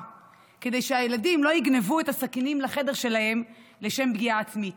כדי שהילדים לא יגנבו את הסכינים לחדר שלהם לשם פגיעה עצמית.